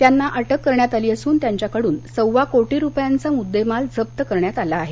त्यांना अटक करण्यात आली असून त्यांच्याकडून सव्वा कोटी रुपयांचा मुद्देमाल जप्त करण्यात आला आहे